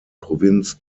provinz